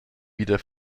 wieder